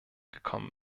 gekommen